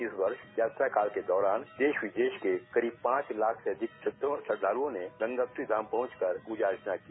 इस वर्ष यात्रा काल के दौरान देश विदेश के करीब पांच लाख से अधिक भक्तों और श्रद्वालुओं ने गंगोत्री धाम पहुंचकर पूजा अर्चना की